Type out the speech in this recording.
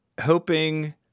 hoping